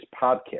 podcast